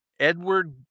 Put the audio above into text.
Edward